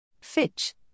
Fitch